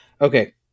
Okay